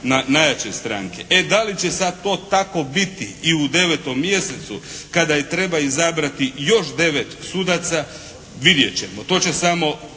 E, da li će sad to tako biti i u 9. mjesecu, kada treba izabrati još 9 sudaca vidjet ćemo. To će samo